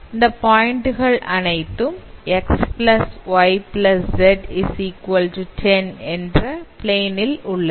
இந்த பாயிண்ட் கள் அனைத்தும் xyz10 என்ற பிளேன் ல் உள்ளது